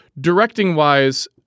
directing-wise